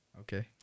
Okay